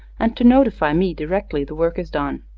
and to notify me directly the work is done.